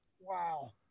Wow